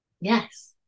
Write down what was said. Yes